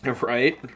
Right